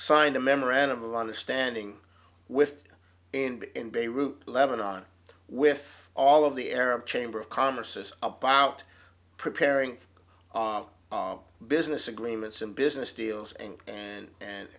signed a memorandum of understanding with and in beirut lebanon with all of the arab chamber of commerce's about preparing for business agreements and business deals and and and